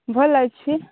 ଭଲ ଲାଗୁଛି